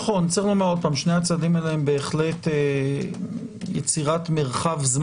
שני הצדדים האלה בהחלט יצירת זמן מרחב משמעותי,